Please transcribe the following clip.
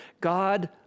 God